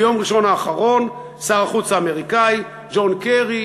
ביום ראשון האחרון שר החוץ האמריקני ג'ון קרי,